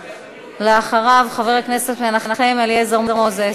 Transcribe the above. אחריו, חבר הכנסת מנחם אליעזר מוזס.